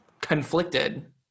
conflicted